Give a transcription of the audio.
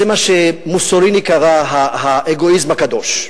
זה מה שמוסוליני קרא "האגואיזם הקדוש".